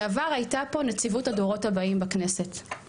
בעבר הייתה פה נציבות הדורות הבאים בכנסת,